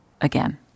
again